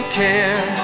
care